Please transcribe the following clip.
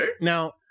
now